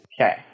Okay